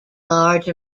large